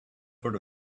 sort